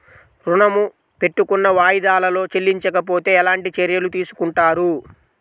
ఋణము పెట్టుకున్న వాయిదాలలో చెల్లించకపోతే ఎలాంటి చర్యలు తీసుకుంటారు?